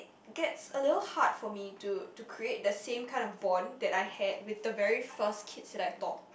gets a little hard for me to to create the same kind of bond that I had with the very first kids that I taught